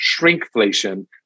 shrinkflation